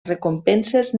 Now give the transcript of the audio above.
recompenses